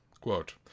Quote